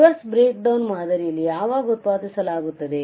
reverse breakdown ಮಾದರಿಯಲ್ಲಿ ಯಾವಾಗ ಉತ್ಪಾದಿಸಲಾಗುತ್ತದೆ